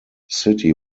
city